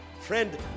Friend